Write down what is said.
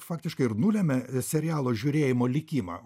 faktiškai ir nulemia serialo žiūrėjimo likimą